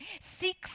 Seek